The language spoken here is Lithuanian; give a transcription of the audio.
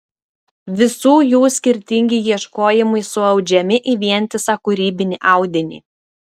visų jų skirtingi ieškojimai suaudžiami į vientisą kūrybinį audinį